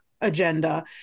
agenda